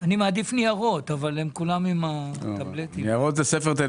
שזה פשוט כסף,